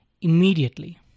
immediately